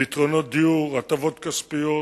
פתרונות דיור, הטבות כספיות,